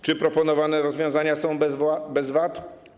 Czy proponowane rozwiązania są bez VAT?